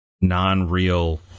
non-real